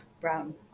brown